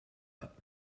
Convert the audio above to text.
pas